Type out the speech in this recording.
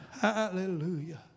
hallelujah